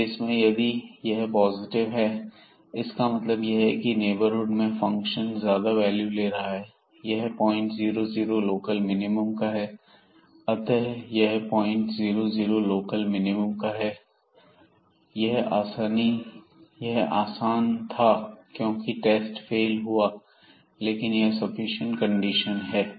इस केस में यदि यह पॉजिटिव है इसका मतलब यह है की नेबर हुड में फंक्शन ज्यादा वैल्यू ले रहा है यह पॉइंट 00 लोकल मिनिमम का है अतः यह पॉइंट 00 लोकल मिनिमम का है यह आसान था क्योंकि टेस्ट फेल हुआ है लेकिन यह सफिशिएंट कंडीशन है